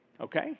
Okay